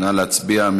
נא להצביע.